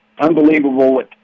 unbelievable